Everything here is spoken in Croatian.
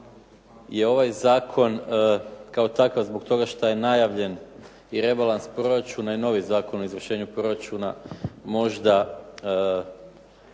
je ovaj zakon kao takav zbog toga što je najavljen i rebalans proračuna i novi Zakon o izvršenju proračuna možda